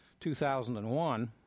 2001